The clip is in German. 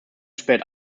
spät